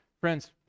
Friends